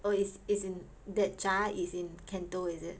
oh it's is in that 者 is in canto is it